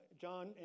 John